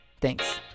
Thanks